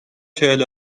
چهل